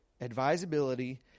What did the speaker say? Advisability